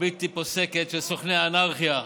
הבלתי-פוסקת של סוכני אנרכיה,